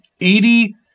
Eighty